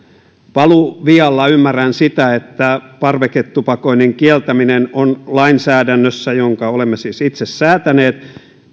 valuvialla ymmärrän sitä että parveketupakoinnin kieltäminen on lainsäädännössä jonka olemme siis itse säätäneet